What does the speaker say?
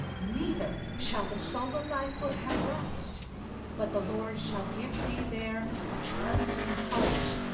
neither shall the sole of thy foot have rest but the lord shall give thee there a trembling heart,